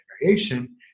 variation